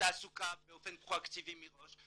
לתעסוקה באופן פרואקטיבי מראש,